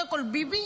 קודם כול ביבי,